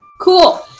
Cool